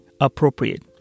appropriate